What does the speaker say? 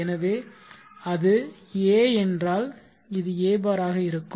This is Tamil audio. எனவே அது a என்றால் இது a bar ஆக இருக்கும்